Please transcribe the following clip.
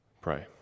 pray